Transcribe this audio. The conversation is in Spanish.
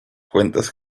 cuentas